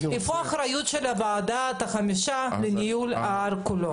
איפה האחריות של ועדת החמישה לניהול ההר כולו?